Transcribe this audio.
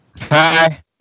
Hi